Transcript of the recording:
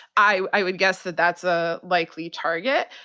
i would guess that that's a likely target.